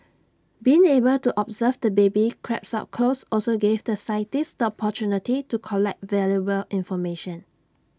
being able to observe the baby crabs up close also gave the scientists the opportunity to collect valuable information